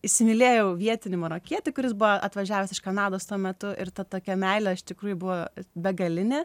įsimylėjau vietinį marokietį kuris buvo atvažiavęs iš kanados tuo metu ir ta tokia meilė iš tikrųjų buvo begalinė